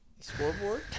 scoreboard